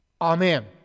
Amen